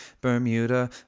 bermuda